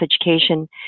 education